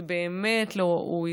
זה באמת לא ראוי.